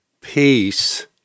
peace